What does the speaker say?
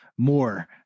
more